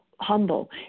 Humble